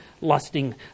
lusting